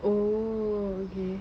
oh okay